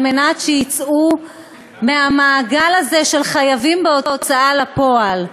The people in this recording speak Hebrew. כדי שיצאו מהמעגל הזה של חייבים בהוצאה לפועל.